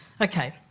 Okay